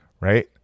right